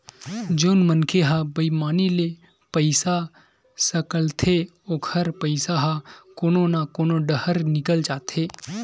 जउन मनखे ह बईमानी ले पइसा सकलथे ओखर पइसा ह कोनो न कोनो डाहर निकल जाथे